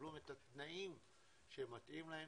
ומקבלים את התנאים שמתאים להם.